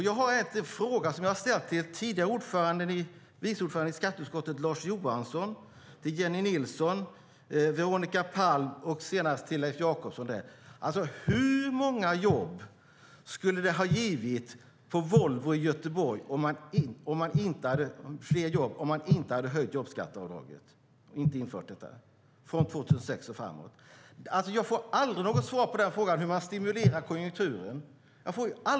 Jag har en fråga som jag tidigare har ställt till vice ordföranden i skatteutskottet Lars Johansson, till Jennie Nilsson, till Veronica Palm och senast till Leif Jakobsson: Hur många fler jobb skulle det ha givit på Volvo i Göteborg om man inte hade infört jobbskatteavdraget från 2006 och framåt? Jag får aldrig något svar på frågan hur man stimulerar konjunkturen.